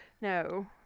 No